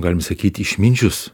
galim sakyti išminčius